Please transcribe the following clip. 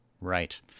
Right